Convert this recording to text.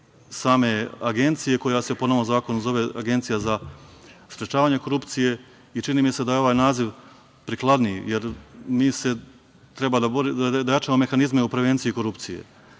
same Agencije koja se po novom zakonu zove Agencija za sprečavanje korupcije i čini mi se da je ovaj naziv prikladniji jer treba da jačamo mehanizme u prevenciji korupcije,